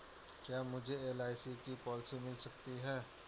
क्या मुझे LIC policy मिल सकती है?